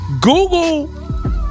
google